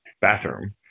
bathroom